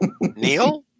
Neil